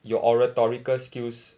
your oratorical skills